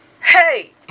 Hey